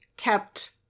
kept